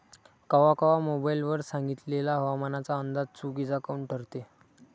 कवा कवा मोबाईल वर सांगितलेला हवामानाचा अंदाज चुकीचा काऊन ठरते?